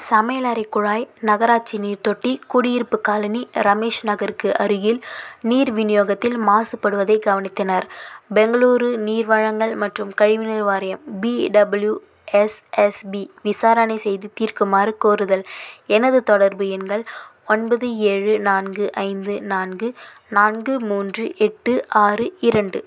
சமையலறை குழாய் நகராட்சி நீர் தொட்டி குடியிருப்பு காலனி ரமேஷ் நகருக்கு அருகில் நீர் விநியோகத்தில் மாசுபடுவதைக் கவனித்தனர் பெங்களூரு நீர் வளங்கள் மற்றும் கழிவுநீர் வாரியம் பிடபிள்யூஎஸ்எஸ்பி விசாரணை செய்து தீர்க்குமாறு கோருதல் எனது தொடர்பு எண்கள் ஒன்பது ஏழு நான்கு ஐந்து நான்கு நான்கு மூன்று எட்டு ஆறு இரண்டு